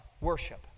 worship